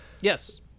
Yes